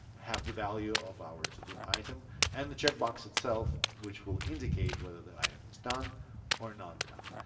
have the value of our to-do item and the check box itself which will indicate whether the item is done or not done.